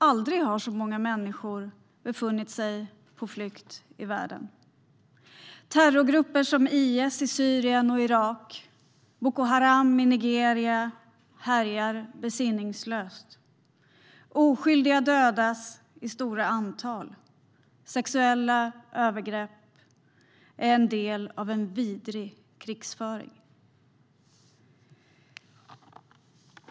Aldrig har så många människor befunnit sig på flykt i världen. Terrorgrupper som IS i Syrien och Irak och Boko Haram i Nigeria härjar besinningslöst. Oskyldiga dödas i stort antal. Sexuella övergrepp är en del av en vidrig krigföring.